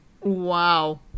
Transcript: Wow